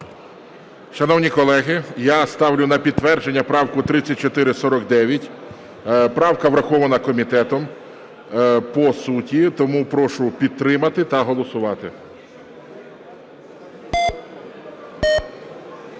Шановні колеги, я ставлю на підтвердження правку 3449. Правка врахована комітетом по суті, тому прошу підтримати та голосувати.